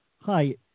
Hi